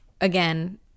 again